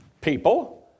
people